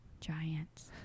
Giants